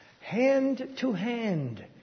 hand-to-hand